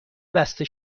بسته